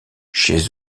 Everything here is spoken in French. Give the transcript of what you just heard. chez